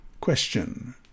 Question